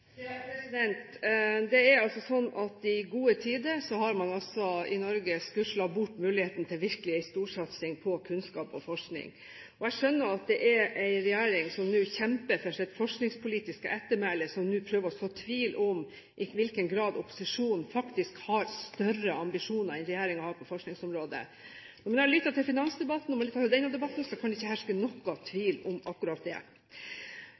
altså sånn at i gode tider har man i Norge skuslet bort muligheten til virkelig en storsatsing på kunnskap og forskning. Jeg skjønner at det er en regjering som kjemper for sitt forskningspolitiske ettermæle, som nå prøver å så tvil om i hvilken grad opposisjonen faktisk har større ambisjoner enn regjeringen på forskningsområdet. Når jeg har lyttet til finansdebatten og til denne debatten, kan det ikke herske noen tvil om akkurat det.